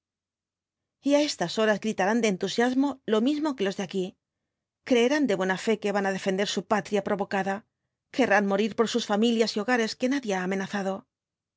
á estas horas gritarán de entusiasmo lo mismo que los de aquí creerán de buena fe que van á defender su patria provocada querrán morir por sus familias y hogares que nadie ha amenazado